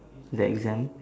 the exam